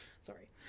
sorry